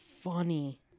funny